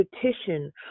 petition